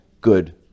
good